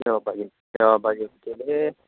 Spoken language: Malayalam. ലോ ബഡ്ജറ്റ് ലോ ബഡ്ജറ്റിൽ